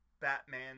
Batman